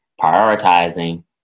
prioritizing